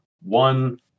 one